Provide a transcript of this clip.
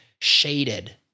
shaded